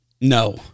No